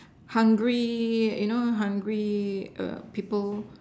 hungry you know hungry err people